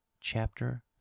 CHAPTER